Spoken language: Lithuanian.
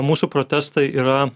mūsų protestai yra